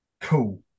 cool